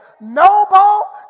noble